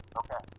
okay